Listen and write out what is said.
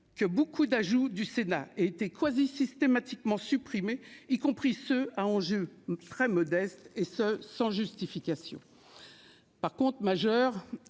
que beaucoup d'ajouts du Sénat était quasi systématiquement supprimés, y compris ceux à enjeu très modeste, et ce sans justification par contre majeur,